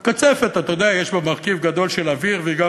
הקצפת, אתה יודע, יש בה מרכיב גדול של אוויר וגם